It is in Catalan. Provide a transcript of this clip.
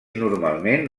normalment